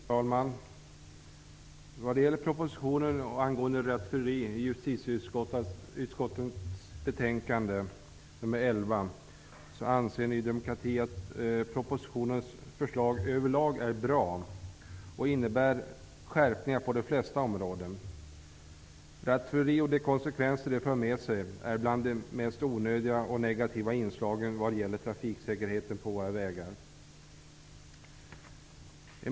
Fru talman! Beträffande propositionen angående rattfylleri och justitieutskottets betänkande nr 11, anser Ny demokrati att propositionens förslag över lag är bra. De innebär skärpningar på de flesta områden. Rattfylleri och de konsekvenser som det för med sig är bland de mest onödiga och negativa inslagen när det gäller trafiksäkerheten på våra vägar.